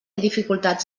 dificultats